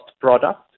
product